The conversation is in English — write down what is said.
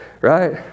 right